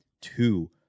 Two